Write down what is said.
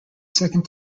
second